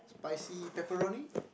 spicy pepperoni